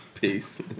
Peace